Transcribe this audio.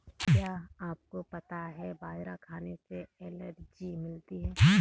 क्या आपको पता है बाजरा खाने से एनर्जी मिलती है?